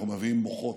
אנחנו מביאים מוחות,